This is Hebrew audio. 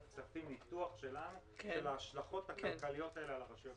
הכספים ניתוח שלנו של ההשלכות הכלכליות האלה על הרשויות המקומיות.